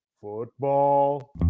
Football